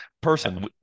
person